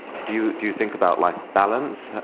do you do you think about life balance?